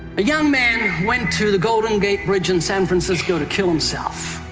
a young man went to the golden gate bridge in san francisco to kill himself.